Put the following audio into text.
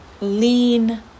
lean